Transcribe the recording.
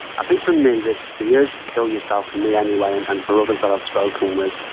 i think for me the the urge to kill yourself, for me anyway and and for others that i've spoken with,